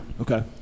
Okay